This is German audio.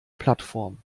plattform